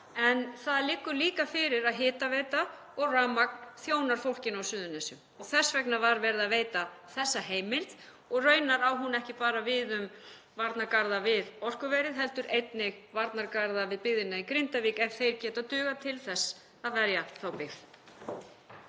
en það liggur líka fyrir að hitaveita og rafmagn þjónar fólkinu á Suðurnesjum. Þess vegna var verið að veita þessa heimild og raunar á hún ekki bara við um varnargarða við orkuverið heldur einnig varnargarða við byggðina í Grindavík ef þeir geta dugað til þess að verja þá byggð.